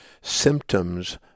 symptoms